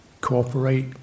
cooperate